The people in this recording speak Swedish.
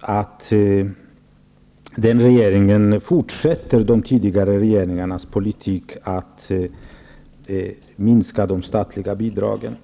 att den nuvarande regeringen fortsätter de tidigare regeringarnas politik att minska de statliga bidragen.